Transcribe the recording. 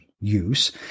use